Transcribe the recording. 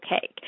cake